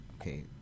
okay